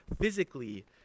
physically